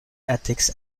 ethics